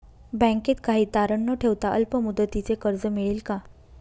बँकेत काही तारण न ठेवता अल्प मुदतीचे कर्ज मिळेल का?